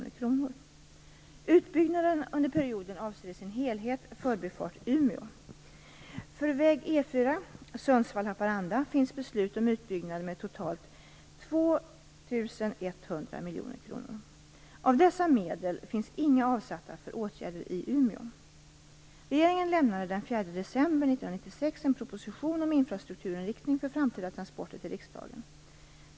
Sundsvall-Haparanda finns beslut om utbyggnad med totalt 2 100 miljoner kronor. Av dessa medel finns inga avsatta för åtgärder i Umeå. Regeringen lämnade den 4 december 1996 en proposition om infrastrukturinriktning för framtida transporter till riksdagen.